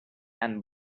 and